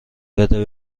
بده